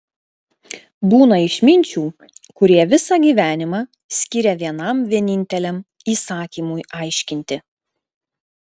būna išminčių kurie visą gyvenimą skiria vienam vieninteliam įsakymui aiškinti